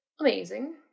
amazing